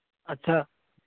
अच्छा